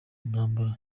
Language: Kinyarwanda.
intambara